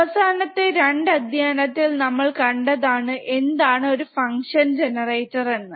അവസാനത്തെ 2 അധ്യയനത്തിൽ നമ്മൾ കണ്ടതാണ് എന്താണ് ഒരു ഫങ്ക്ഷൻ ജനറേറ്റർ എന്ന്